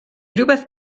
rywbeth